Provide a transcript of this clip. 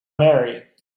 marry